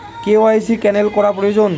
KYC cancel করা প্রয়োজন?